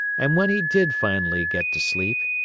and when he did finally get to sleep,